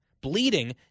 bleeding